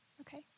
Okay